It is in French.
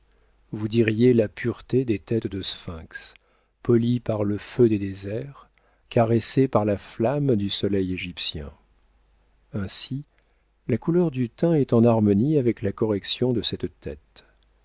vous diriez la pureté des têtes de sphinx polies par le feu des déserts caressées par la flamme du soleil égyptien ainsi la couleur du teint est en harmonie avec la correction de cette tête